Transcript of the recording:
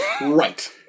Right